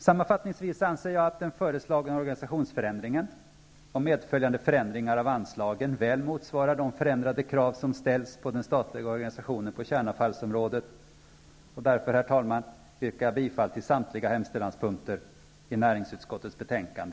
Sammanfattningsvis anser jag att den föreslagna organisationsförändringen och medföljande förändringar av anslagen väl motsvarar de förändrade krav som ställs på den statliga organisationen på kärnavfallsområdet. Därför, herr talman, yrkar jag bifall till samtliga hemställanspunkter i näringsutskottets betänkande